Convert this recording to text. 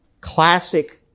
classic